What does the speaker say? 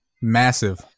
Massive